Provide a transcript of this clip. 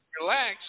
Relax